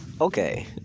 Okay